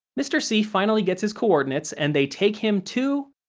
mr. c finally gets his coordinates, and they take him to.